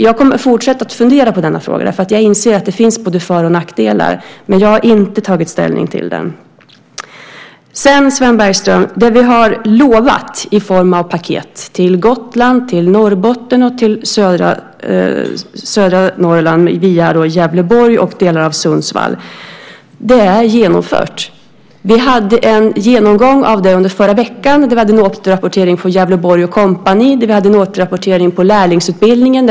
Jag kommer att fortsätta fundera på denna fråga, därför att jag inser att det finns både för och nackdelar. Men jag har inte tagit ställning till den. Sedan, Sven Bergström, vill jag säga att det vi har lovat i form av paket till Gotland, Norrbotten och södra Norrland, via Gävleborg och delar av Sundsvall, är genomfört. Vi hade en genomgång av det i förra veckan då vi hade en återrapportering från Gävleborg och kompani. Vi hade en återrapportering om lärlingsutbildningen.